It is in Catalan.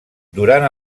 durant